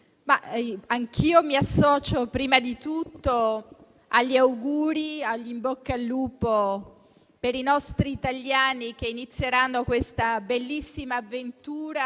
anch'io mi associo prima di tutto agli auguri, rivolgendo un in bocca al lupo ai nostri italiani che inizieranno questa bellissima avventura